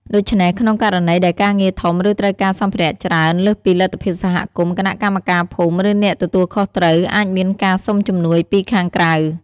ដូច្នេះ ក្នុងករណីដែលការងារធំ ឬត្រូវការសម្ភារៈច្រើនលើសពីលទ្ធភាពសហគមន៍ គណៈកម្មការភូមិ ឬអ្នកទទួលខុសត្រូវ អាចមានការសុំជំនួយពីខាងក្រៅ។